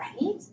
Right